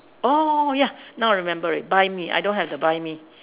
oh ya now I remember already buy me I don't have the buy me